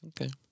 Okay